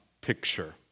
picture